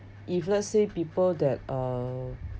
if let's say people that uh